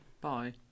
Bye